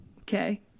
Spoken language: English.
Okay